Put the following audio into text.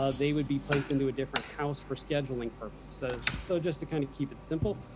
ah they would be placed into a different house for scheduling purposes so just to kind of keep it simple.